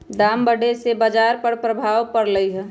दाम बढ़े से बाजार पर प्रभाव परलई ह